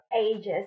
ages